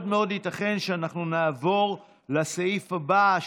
ייתכן שאנחנו נעבור לסעיף הבא,